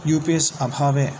U P S अभावे